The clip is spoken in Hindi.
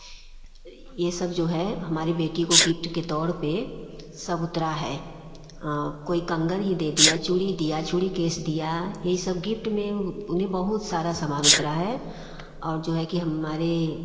यह सब जो है हमारी बेटी को गिफ्ट के तौर पर सब उतरा है कोई कंगन ही दे दिया चूड़ी दिया चूड़ी केस दिया ये सब गिफ्ट में उन्हें बहुत सारा सामान उतरा है और जो है कि हमारे